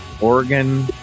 Oregon